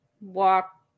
walk